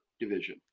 division